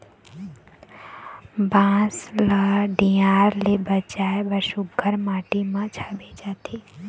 बांस ल दियार ले बचाए बर सुग्घर माटी म छाबे जाथे